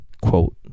quote